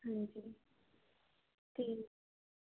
ਹਾਂਜੀ ਤੇ